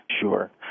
Sure